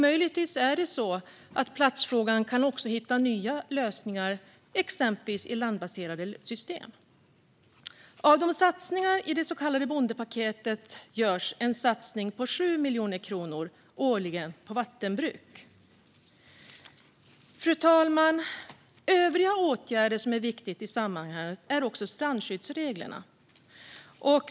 Möjligtvis kan platsfrågan hitta nya lösningar, exempelvis i landbaserade system. Av satsningarna i det så kallade bondepaketet görs en satsning med 7 miljoner årligen på vattenbruk. Fru talman! En annan fråga som är viktig i sammanhanget är strandskyddsreglerna.